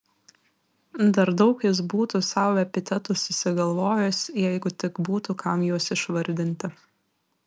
dar daug jis būtų sau epitetų susigalvojęs jeigu tik būtų kam juos išvardinti